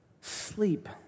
sleep